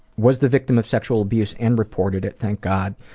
was the victim of sexual abuse and reported it, thank god.